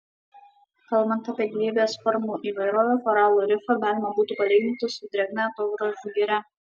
kalbant apie gyvybės formų įvairovę koralų rifą galima būtų palyginti su drėgna atogrąžų giria